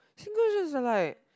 are just like